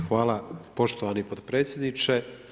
Hvala poštovani potpredsjedniče.